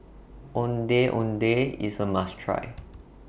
Ondeh Ondeh IS A must Try